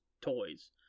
toys